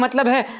like love her,